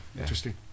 Interesting